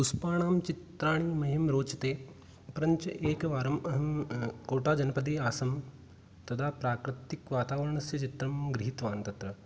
पुष्पाणां चित्राणि मह्यं रोचते परञ्च एकवारम् अहं कोटाजनपदे आसं तदा प्राकृतिकवातावरणस्य चित्रं गृहीतवान् तत्र